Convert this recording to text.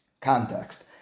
context